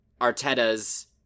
Arteta's